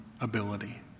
ability